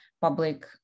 public